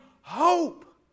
hope